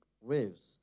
waves